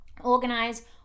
organize